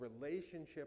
relationship